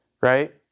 Right